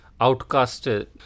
outcasted